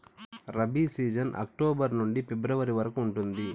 rabi season October నుండి February వరకు ఉంటుంది